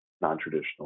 non-traditional